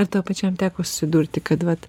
ar tau pačiam teko susidurti kad vat